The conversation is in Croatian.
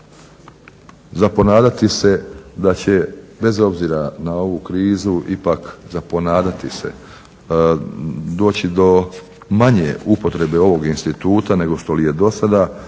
za ponadati se da će bez obzira na ovu krizu ipak za ponadati se doći do manje upotrebe ovog instituta nego što li je dosada